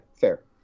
fair